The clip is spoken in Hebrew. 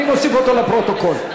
אני מוסיף אותו לפרוטוקול.